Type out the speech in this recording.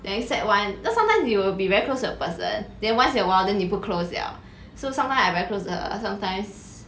then sec one you know sometimes you will be very close to the person then once in awhile then 你不 close liao so sometimes I very close to her sometimes